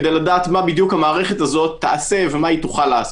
כדי לדעת מה בדיוק המערכת הזאת תעשה ומה היא תוכל לעשות.